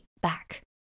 back